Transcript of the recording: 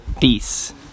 Peace